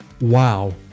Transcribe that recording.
wow